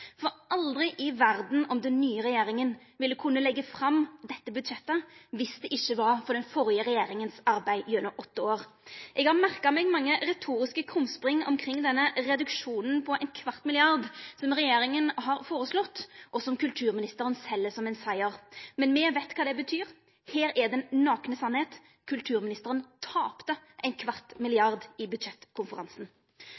for aldri i verda om den nye regjeringa ville kunna leggja fram dette budsjettet dersom det ikkje var for den førre regjeringas arbeid gjennom åtte år. Eg har merka meg mange retoriske krumspring omkring denne reduksjonen på 0,25 mrd. kr, som regjeringa har foreslått, og som kulturministeren sel som ein siger. Men me veit kva det betyr. Her er den nakne sanninga: Kulturministeren tapte